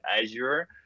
azure